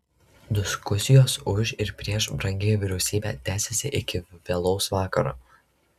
diskusijos už ir prieš brangiąją vyriausybę tęsėsi iki vėlaus vakaro